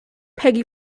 peggy